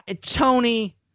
Tony